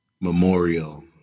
memorial